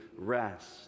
rest